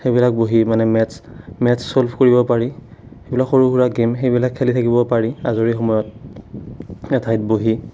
সেইবিলাক বহি মানে মেথ্ছ মেথ্ছ ছল্ভ কৰিব পাৰি সেইবিলাক সৰু সুৰা গেম সেইবিলাক খেলি থাকিব পাৰি আজৰি সময়ত এঠাইত বহি